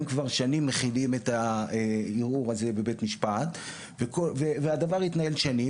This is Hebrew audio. הם כבר שנים מכילים את הערעור הזה בבית משפט והדבר יתנהל שנים,